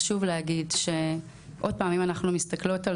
חשוב להגיד שאם אנחנו מסתכלות על